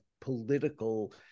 political